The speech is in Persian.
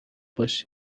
باشی